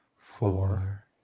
four